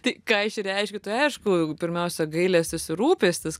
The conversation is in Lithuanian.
tai ką išreiškiu tai aišku jeigu pirmiausia gailestis ir rūpestis